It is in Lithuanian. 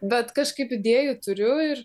bet kažkaip idėjų turiu ir